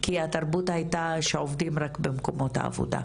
כי התרבות היתה שעובדים רק במקומות העבודה.